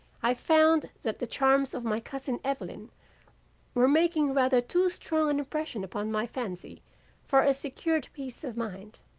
i found that the charms of my cousin evelyn were making rather too strong an impression upon my fancy for a secured peace of mind,